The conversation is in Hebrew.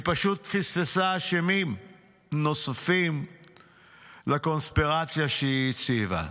היא פשוט פספסה אשמים נוספים בקונספירציה שהיא ציירה.